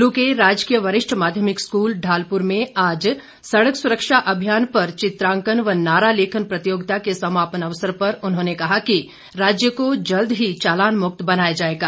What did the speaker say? कुल्लू के राजकीय वरिष्ठ माध्यमिक स्कूल ढालपुर में आज सड़क सुरक्षा अभियान पर चित्रांकन व नारा लेखन प्रतियोगिता के समापन अवसर पर उन्होंने कहा कि राज्य को जल्द ही चालान मुक्त बनाया जाएगा